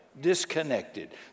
disconnected